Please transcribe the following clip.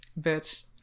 Bitch